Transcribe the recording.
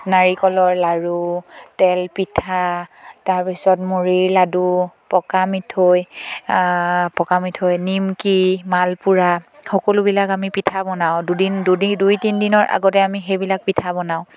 নাৰিকলৰ লাড়ু তেল পিঠা তাৰপিছত মুড়ি লাডু পকা মিঠৈ পকা মিঠৈ নিমকি মালপুৰা সকলোবিলাক আমি পিঠা বনাওঁ দুদিন দুদিন দুই তিনিদিনৰ আগতে আমি সেইবিলাক পিঠা বনাওঁ